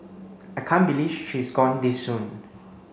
I can't believe she is gone this soon